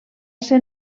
ser